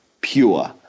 pure